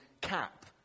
Cap